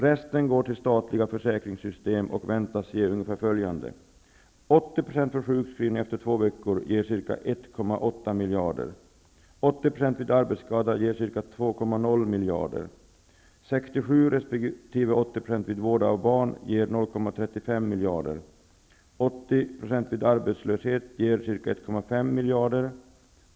Resten går till statliga försäkringssystem och väntas ge besparingar ungefär enligt följande: 80 % vid sjukskrivning efter två veckor ger ca 1,8 miljarder. 90 % vid garantilön ca 0,5 miljarder.